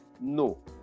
No